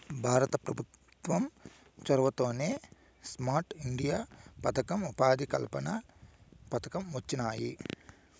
భారత పెభుత్వం చొరవతోనే స్మార్ట్ ఇండియా పదకం, ఉపాధి కల్పన పథకం వొచ్చినాయి